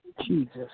Jesus